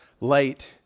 late